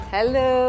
Hello